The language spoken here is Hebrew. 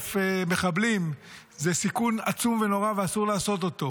1,000 מחבלים זה סיכון עצום ונורא ואסור לעשות אותו.